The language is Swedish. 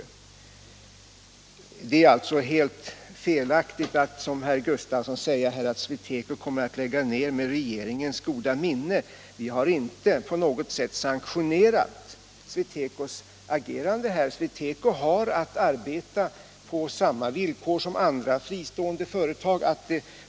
Det är alltså helt felaktigt att SweTeco skulle komma att lägga ned med regeringens goda minne, som herr Gustavsson i Nässjö säger. Vi har inte på något sätt sanktionerat SweTecos agerande. SweTeco har dock att arbeta på samma villkor som andra fristående företag.